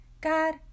God